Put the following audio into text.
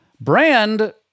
Brand